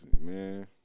man